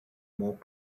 more